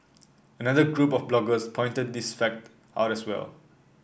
another group of bloggers pointed this fact out as well